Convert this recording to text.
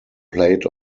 played